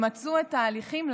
לפני שימצו את ההליכים,